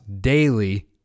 daily